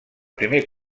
primer